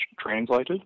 translated